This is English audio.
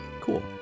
Cool